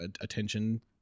attention